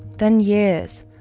then years.